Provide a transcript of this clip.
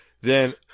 Then-